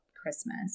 Christmas